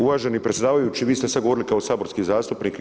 Uvaženi predsjedavajući vi ste sad govorili kao saborski zastupnik.